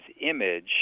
image